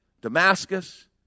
Damascus